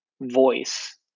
voice